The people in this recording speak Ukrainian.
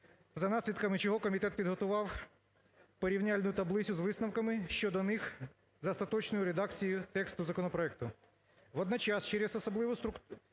за наслідками чого комітет підготував порівняльну таблицю з висновками щодо них з остаточною редакцією тексту законопроекту. Водночас через особливу структуру